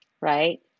right